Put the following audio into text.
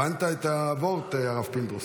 הבנת את הווארט, הרב פינדרוס?